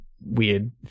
weird